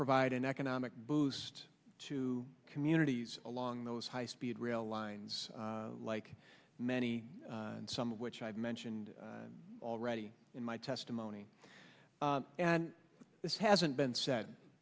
provide an economic boost to communities along those high speed rail lines like many some of which i've mentioned already in my testimony and this hasn't been s